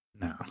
No